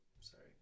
sorry